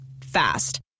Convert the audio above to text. Fast